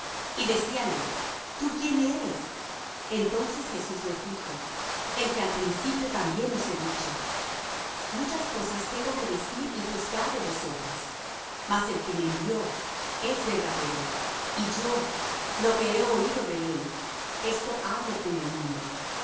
y decíanle tú quién eres entonces jesús les dijo el que al principio también os he dicho muchas cosas tengo que decir y juzgar de vosotros mas el que me envió es verdadero y yo lo que he oído de él esto hablo en el mundo